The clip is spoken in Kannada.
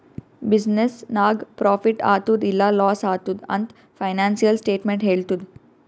ಬಿಸಿನ್ನೆಸ್ ನಾಗ್ ಪ್ರಾಫಿಟ್ ಆತ್ತುದ್ ಇಲ್ಲಾ ಲಾಸ್ ಆತ್ತುದ್ ಅಂತ್ ಫೈನಾನ್ಸಿಯಲ್ ಸ್ಟೇಟ್ಮೆಂಟ್ ಹೆಳ್ತುದ್